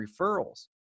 referrals